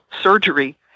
surgery